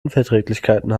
unverträglichkeiten